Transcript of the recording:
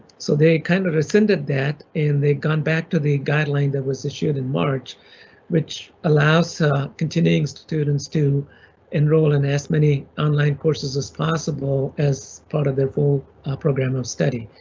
so they kind of rescinded that and they're gone back to the guideline that was issued in march which allows continuing students to enroll in as many online courses as possible as part of their full program of study.